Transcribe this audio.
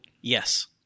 Yes